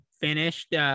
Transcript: finished